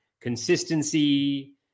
consistency